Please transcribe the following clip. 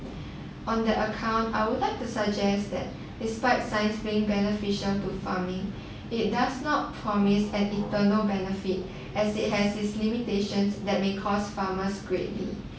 on that account I would like to suggest that despite science being beneficial to farming it does not promise an eternal benefit as it has its limitations that may cause farmers greatly